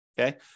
Okay